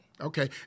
Okay